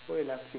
why you laughing